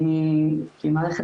כמערכת